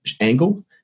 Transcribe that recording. angle